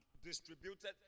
Distributed